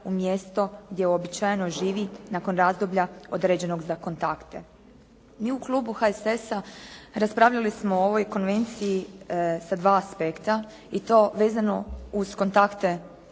u mjesto gdje uobičajeno živi nakon razdoblja određenog za kontakte. Mi u klubu HSS-a raspravljali smo o ovoj konvenciji sa dva aspekta i to vezano uz kontakte